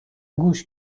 گوش